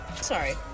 Sorry